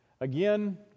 Again